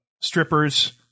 strippers